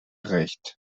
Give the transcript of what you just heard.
recht